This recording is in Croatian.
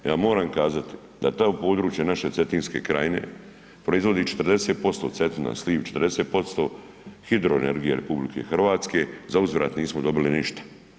Ja moram kazati da ta područja naše Cetinske krajine proizvodi 40%, Cetina, sliv, 40% hidroenergije RH, za uzvrat nismo dobili ništa.